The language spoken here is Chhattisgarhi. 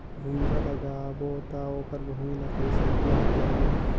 गुनजा लगाबो ता ओकर भुईं ला कइसे तियार करबो?